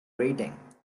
rating